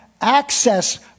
access